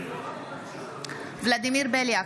ולדימיר בליאק,